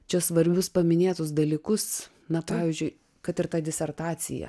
čia svarbius paminėtus dalykus na pavyzdžiui kad ir tą disertaciją